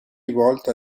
volta